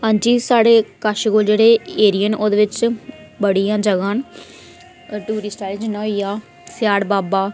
हां जी साढ़े कश कोल जेह्ड़े एरिये न ओह्दे बिच्च बड़ियां जगह न टूरिस्ट आह्ले जि'यां होई गेआ सेयाढ़ बाबा